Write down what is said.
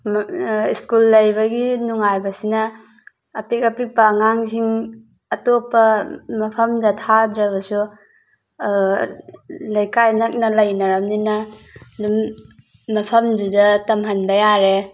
school ꯂꯩꯕꯒꯤ ꯅꯨꯡꯉꯥꯏꯕꯁꯤꯅ ꯑꯄꯤꯛ ꯑꯄꯤꯛꯄ ꯑꯉꯥꯡꯁꯤꯡ ꯑꯇꯣꯞꯄ ꯃꯐꯝꯗ ꯊꯥꯗ꯭ꯔꯕꯁꯨ ꯂꯩꯀꯥꯏ ꯅꯛꯅ ꯂꯩꯅꯔꯕꯅꯤꯅ ꯑꯗꯨꯝ ꯃꯐꯝꯁꯤꯗ ꯇꯝꯍꯟꯕ ꯌꯥꯔꯦ